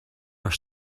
are